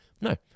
No